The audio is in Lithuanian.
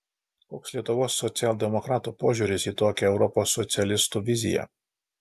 koks lietuvos socialdemokratų požiūris į tokią europos socialistų viziją